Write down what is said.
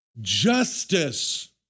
Justice